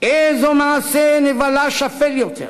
איזה מעשה נבלה שפל יותר,